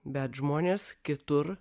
bet žmonės kitur